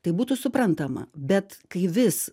tai būtų suprantama bet kai vis